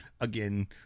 again